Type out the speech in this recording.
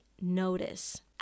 notice